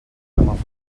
mafumet